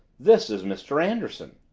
this is mr. anderson.